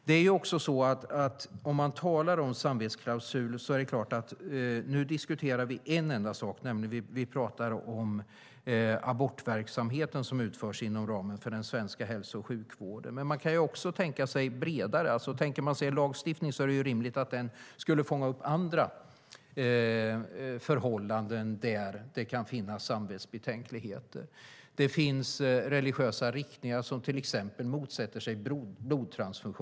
Nu diskuterar vi en samvetsklausul inom den abortverksamhet som utförs inom ramen för den svenska hälso och sjukvården. Men man kan också tänka bredare. Det är ju rimligt att en eventuell lagstiftning skulle fånga upp andra förhållanden där det kan finnas samvetsbetänkligheter. Det finns religiösa riktningar som till exempel motsätter sig blodtransfusioner.